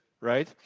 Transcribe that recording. right